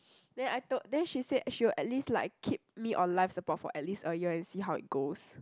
then I told then she said she will at least like keep me on life support for at least a year and see how it goes